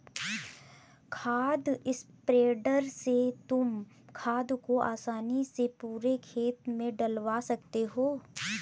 खाद स्प्रेडर से तुम खाद को आसानी से पूरे खेत में डलवा सकते हो